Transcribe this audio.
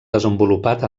desenvolupat